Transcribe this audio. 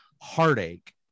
heartache